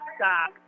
stop